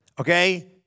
okay